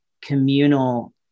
communal